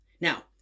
now